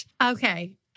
Okay